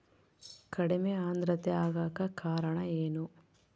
ಕಡಿಮೆ ಆಂದ್ರತೆ ಆಗಕ ಕಾರಣ ಏನು?